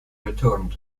returned